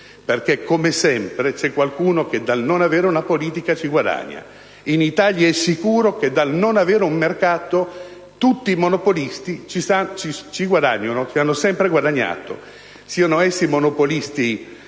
perché, come sempre, c'è qualcuno che, dal non avere una politica, ci guadagna. In Italia è sicuro che, dal non avere un mercato, tutti i monopolisti guadagnano e hanno sempre guadagnato: siano essi monopolisti